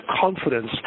confidence